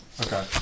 Okay